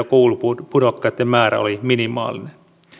koulupudokkaitten määrä oli minimaalinen